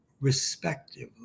respectively